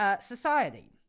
society